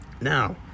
Now